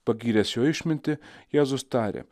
pagyręs jo išmintį jėzus tarė